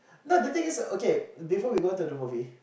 no the thing is okay before we go on to the movie